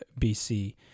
BC